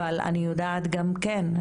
אבל אני יודעת גם כן,